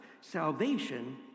salvation